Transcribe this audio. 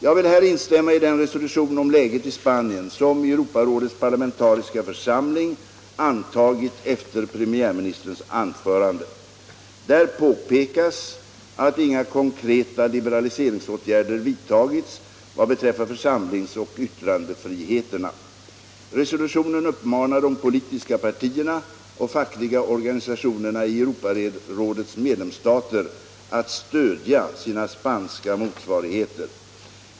Jag vill här instämma i den resolution om läget i Spanien som Europarådets parlamentariska församling antagit efter premiärministerns anförande. Där påpekas att inga konkreta liberaliseringsåtgärder vidtagits vad beträffar församlings och yttrandefriheterna. Resolutionen uppmanar de politiska partierna och fackliga organisationerna i Europarådets medlemsstater att stödja sina spanska motsvarigheter.